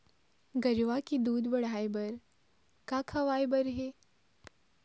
गरवा के दूध बढ़ाये बर का खवाए बर हे?